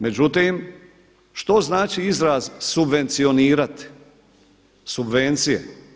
Međutim što znači izraz subvencionirati, subvencije?